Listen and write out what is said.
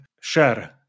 share